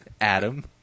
Adam